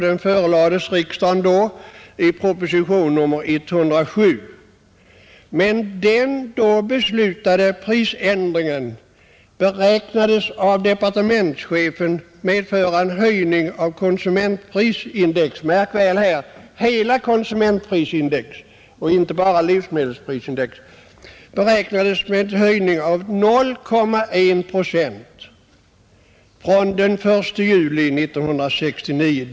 Den förelades riksdagen i proposition nr 107. Men den då beslutade prisändringen beräknades av departementschefen medföra en höjning av konsumentprisindex — märk väl hela konssumentprisindex och inte bara livsmedelsprisindex — med 0,1 procent från den 1 juli 1969.